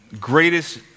greatest